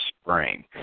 spring